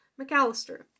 McAllister